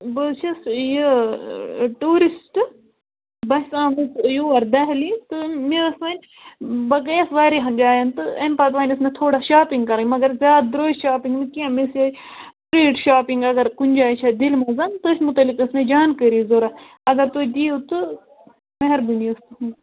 بہٕ حظ چھَس یہِ ٹوٗرِسٹہٕ بہٕ چھَس آمٕژ یور دہلی تہٕ مےٚ ٲسۍ وۅنۍ بہٕ گیٚیَس واریاہَن جایَن تہٕ اَمہِ پَتہٕ وۅنۍ ٲس مےٚ تھوڑا شاپِنٛگ کَرٕنۍ مگر زیادٕ درٛۅج شاپِنٛگ نہٕ کیٚنٛہہ مےٚ ٲسۍ یِہَے سِٹریٖٹ شاپِنٛگ اگر کُنہِ جایہِ چھِ دِلہِ مَنٛز تٔتھۍ مُتعلِق ٲسۍ مےٚ زانکٲری ضروٗرت اگر تُہۍ دِیِو تہٕ مہربٲنی ٲسۍ تُہٕنٛز